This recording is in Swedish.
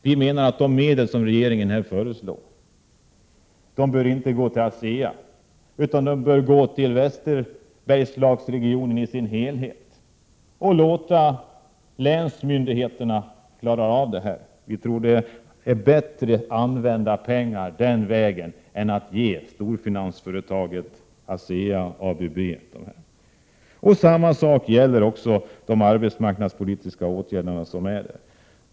Vi menar att de medel som regeringen här föreslår inte bör gå till ASEA, utan de bör gå till Västerbergslagsregionen i dess helhet. Man bör låta länsmyndigheterna klara av detta. Vi tror att det är att använda pengarna bättre att gå den vägen i stället för att ge dem till storfinansföretaget ASEA, ABB. Samma sak gäller också de arbetsmarknadspolitiska åtgärderna i 19 regeringens förslag.